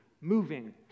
moving